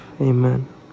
amen